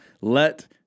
let